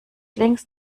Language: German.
links